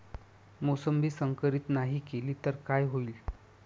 मोसंबी संकरित नाही केली तर काय होईल?